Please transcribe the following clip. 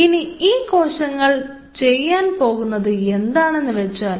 ഇനി ഈ കോശങ്ങൾ ചെയ്യാൻ പോകുന്നത് എന്താണെന്ന് വെച്ചാൽ